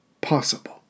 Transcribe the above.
possible